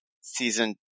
Season